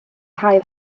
hail